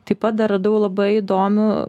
taip pat dar radau labai įdomų